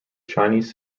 chinese